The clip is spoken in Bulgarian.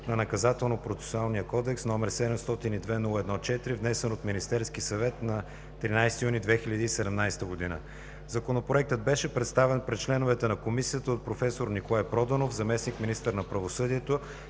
№ 702-01-4, внесен от Министерския съвет на 13 юни 2017 г. Законопроектът беше представен пред членовете на Комисията от проф. Николай Проданов – заместник-министър на правосъдието,